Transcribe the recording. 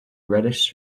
reddish